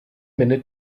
minute